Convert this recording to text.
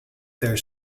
there